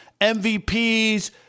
MVPs